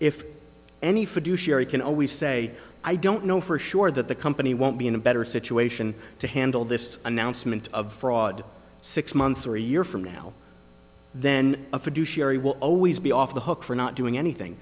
fiduciary can always say i don't know for sure that the company won't be in a better situation to handle this announcement of fraud six months or a year from now then a fiduciary will always be off the hook for not doing anything